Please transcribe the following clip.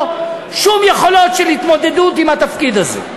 שום יכולות של התמודדות עם התפקיד הזה.